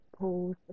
Pause